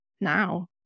now